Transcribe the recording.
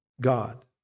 God